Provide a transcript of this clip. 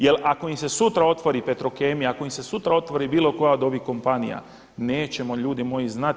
Jer ako im se sutra otvori Petrokemija, ako im se sutra otvori bilo koja od ovih kompanija nećemo ljudi moji znati.